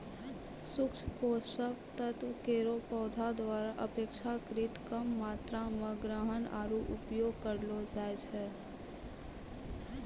सूक्ष्म पोषक तत्व केरो पौधा द्वारा अपेक्षाकृत कम मात्रा म ग्रहण आरु उपयोग करलो जाय छै